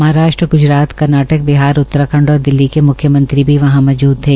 महाराश्ट्र गुजरात कर्नाटक बिहार उत्तराखण्ड और दिल्ली के मुख्य मंत्री भी वहां मौजूद थे